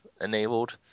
enabled